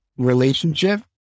relationship